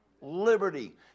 liberty